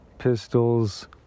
pistols